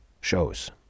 shows